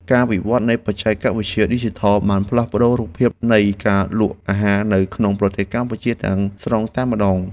ការវិវត្តនៃបច្ចេកវិទ្យាឌីជីថលបានផ្លាស់ប្តូររូបភាពនៃការលក់អាហារនៅក្នុងប្រទេសកម្ពុជាទាំងស្រុងតែម្តង។